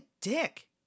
dick